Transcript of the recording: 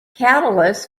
catalysts